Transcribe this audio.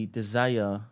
desire